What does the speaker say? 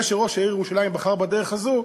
זה שראש העיר ירושלים בחר בדרך הזאת,